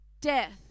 death